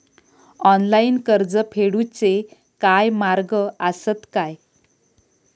Online कर्ज फेडूचे काय मार्ग आसत काय?